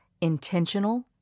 intentional